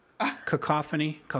cacophony